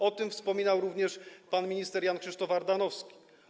O tym wspominał również pan minister Jan Krzysztof Ardanowski.